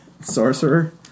sorcerer